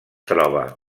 troba